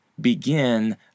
begin